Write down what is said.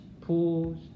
pools